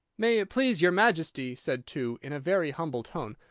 may it please your majesty, said two, in a very humble tone,